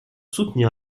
soutenir